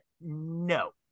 No